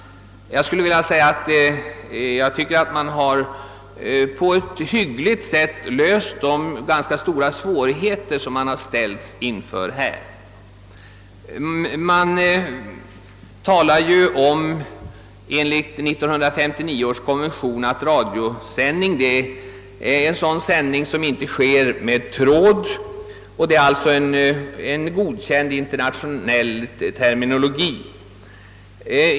Jag tycker att utskottet på ett hyggligt sätt har löst de ganska besvärliga frågor som här funnits. Enligt 1959 års konvention är en radiosändning en sådan sändning som inte sker med tråd, och detta är alltså en godkänd internationell terminologi.